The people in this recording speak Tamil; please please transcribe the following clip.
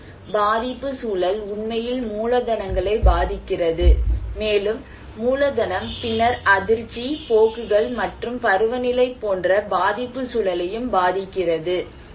எனவே பாதிப்பு சூழல் உண்மையில் மூலதனங்களை பாதிக்கிறது மேலும் மூலதனம் பின்னர் அதிர்ச்சி போக்குகள் மற்றும் பருவநிலை போன்ற பாதிப்பு சூழலையும் பாதிக்கிறது